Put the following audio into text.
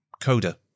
Coda